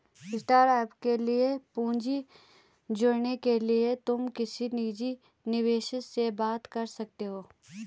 startup के लिए पूंजी जुटाने के लिए तुम किसी निजी निवेशक से बात कर सकते हो